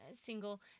single